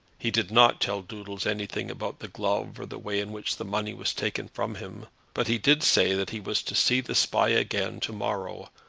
he did not tell doodles anything about the glove, or the way in which the money was taken from him but he did say that he was to see the spy again to-morrow,